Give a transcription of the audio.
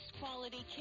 quality